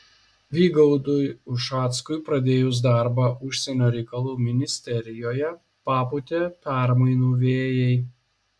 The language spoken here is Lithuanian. vygaudui ušackui pradėjus darbą užsienio reikalų ministerijoje papūtė permainų vėjai